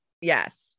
Yes